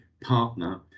partner